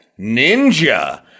Ninja